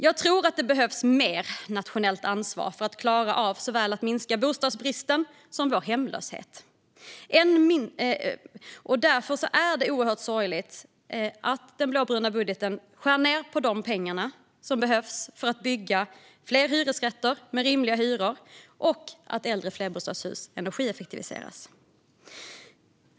Jag tror att det behövs mer nationellt ansvar för att klara av att minska såväl bostadsbristen som hemlösheten, och därför är det oerhört sorgligt att den blåbruna budgeten skär ned på de pengar som behövs för att fler hyresrätter med rimliga hyror ska byggas och äldre flerbostadshus energieffektiviseras.